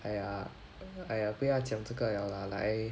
!aiya! !aiya! 不要讲这个了 lah 来